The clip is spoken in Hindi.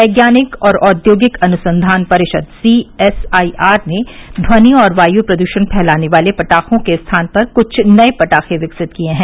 वैज्ञानिक और औद्योगिक अनुसंधान परिषद सीएसआईआर ने ध्वनि और वायु प्रदूषण फैलाने वाले पटाखों के स्थान पर कुछ नए पटाखे विकसित किए हैं